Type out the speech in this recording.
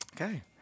Okay